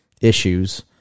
issues